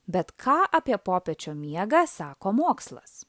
bet ką apie popiečio miegą sako mokslas